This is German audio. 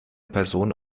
person